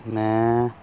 ਮੈਂ